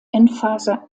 endphase